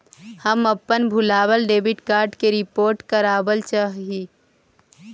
हम अपन भूलायल डेबिट कार्ड के रिपोर्ट करावल चाह ही